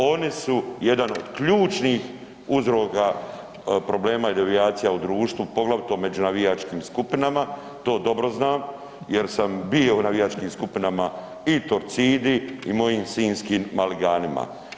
Oni su jedan od ključnih uzroka problema i devijacija u društvu, poglavito među navijačkim skupinama, to dobro znam jer sam bio u navijačkim skupinama i Torcidi i mojim sinjskim Maliganima.